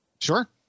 Sure